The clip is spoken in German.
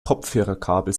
kopfhörerkabel